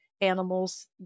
animals